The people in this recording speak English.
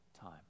time